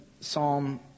Psalm